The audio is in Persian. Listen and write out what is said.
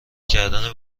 کردن